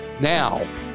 now